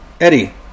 Eddie